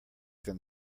than